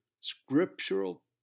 scriptural